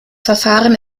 verfahren